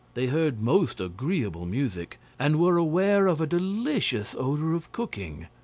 they heard most agreeable music, and were aware of a delicious odour of cooking.